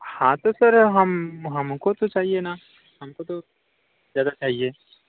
हाँ तो सर हम हमको तो चाहिए ना हमको तो ज़्यादा चाहिए